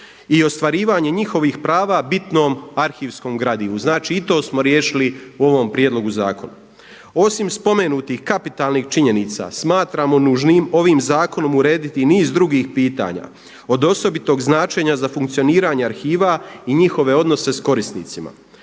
i ostvarivanje njihovih prava bitnom arhivskom gradivu. Znači i to smo riješili u ovom prijedlogu zakona. Osim spomenutih kapitalnih činjenica smatramo nužnim ovim zakonom urediti niz drugih pitanja od osobitog značenja za funkcioniranje arhiva i njihove odnose s korisnicima.